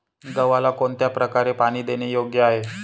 गव्हाला कोणत्या प्रकारे पाणी देणे योग्य आहे?